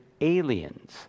aliens